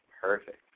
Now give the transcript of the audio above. perfect